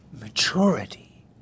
maturity